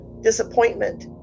disappointment